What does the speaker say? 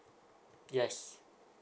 yes